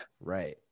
Right